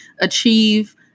achieve